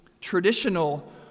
traditional